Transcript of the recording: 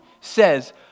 says